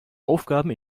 aufgaben